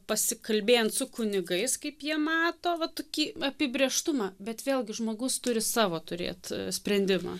pasikalbėjant su kunigais kaip jie mato va tokį apibrėžtumą bet vėlgi žmogus turi savo turėt sprendimą